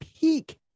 peak